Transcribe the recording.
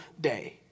day